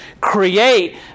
create